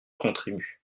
contribue